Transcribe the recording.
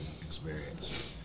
experience